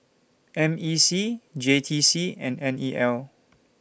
M E C J T C and N E L